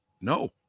No